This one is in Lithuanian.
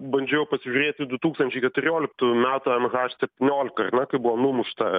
bandžiau pasižiūrėti du tūkstančiai keturioliktų metų mh septyniolika kai buvo numušta